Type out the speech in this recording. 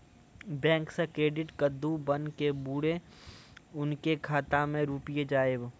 Bank से credit card बन के बुरे उनके खाता मे रुपिया जाएब?